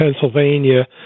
Pennsylvania